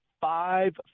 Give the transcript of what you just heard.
five